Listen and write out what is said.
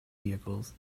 vehicles